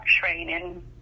training